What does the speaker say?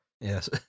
Yes